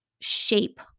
shape